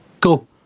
Cool